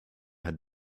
had